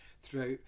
throughout